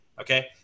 okay